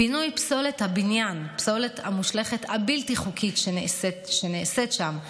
פינוי פסולת הבניין הבלתי-חוקית שם הוא